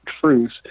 truth